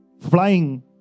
flying